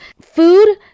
food